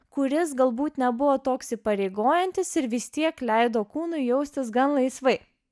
kuris galbūt nebuvo toks įpareigojantis ir vis tiek leido kūnui jaustis gan laisvai